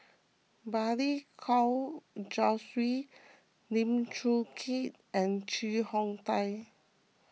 Balli Kaur Jaswal Lim Chong Keat and Chee Hong Tat